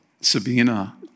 Sabina